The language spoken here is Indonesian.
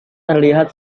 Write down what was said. terlihat